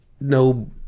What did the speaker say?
no